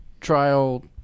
trial